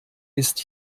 ist